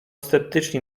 sceptyczni